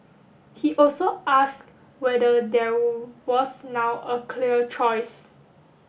he also asked whether there was now a clear choice